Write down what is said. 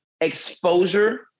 exposure